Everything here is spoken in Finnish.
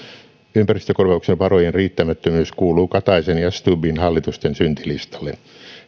ympäristökorvauksen varojen riittämättömyys kuuluu kataisen ja stubbin hallitusten syntilistalle